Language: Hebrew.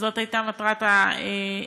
זאת הייתה מטרת ההוראה.